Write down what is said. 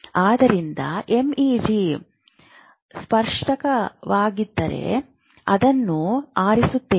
ಆದ್ದರಿಂದ ಎಂಇಜಿ ಸ್ಪರ್ಶಕವಾಗಿದ್ದರೆ ಅದನ್ನು ಆರಿಸುತ್ತದೆ